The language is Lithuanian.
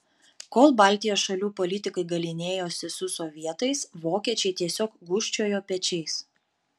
kol baltijos šalių politikai galynėjosi su sovietais vokiečiai tiesiog gūžčiojo pečiais